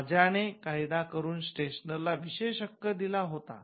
राजा ने कायदा करून स्टेशनर ला विशेष हक्क दिला होता